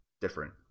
different